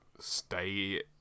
stay